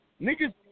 niggas